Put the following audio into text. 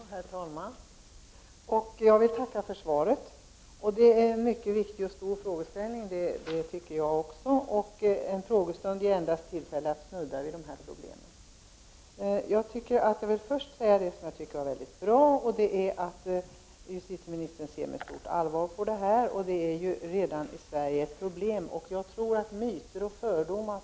Herr talman! Jag vill tacka för svaret. Också jag tycker att det här gäller en mycket viktig och stor fråga. En frågestund ger endast tillfälle att snudda vid de här problemen. Jag vill först nämna något som jag tycker är mycket bra, nämligen att justitieministern ser med stort allvar på frågan. Problemen finns redan i Sverige, och i utkanten av dessa frodas myter och fördomar.